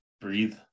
breathe